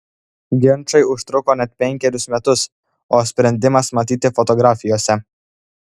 ginčai užtruko net penkerius metus o sprendimas matyti fotografijose